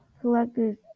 collectors